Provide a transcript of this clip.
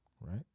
Right